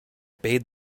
bade